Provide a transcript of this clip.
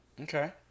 Okay